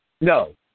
No